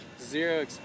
zero